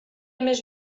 més